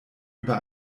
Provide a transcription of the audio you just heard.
über